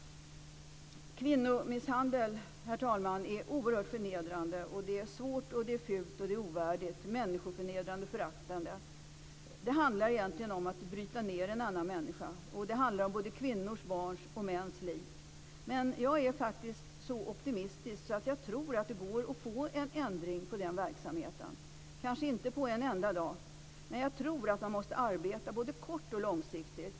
Herr talman! Det är oerhört förnedrande med kvinnomisshandel. Det är svårt, fult, ovärdigt och människoförnedrande. Det handlar om förakt och egentligen om att bryta ned en annan människa. Det gäller såväl kvinnors som barns och mäns liv. Men jag är faktiskt så optimistisk att jag tror att det går att få en ändring när det gäller det här, men det går kanske inte på en enda dag. Jag tror att man måste arbeta både kort och långsiktigt.